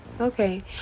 okay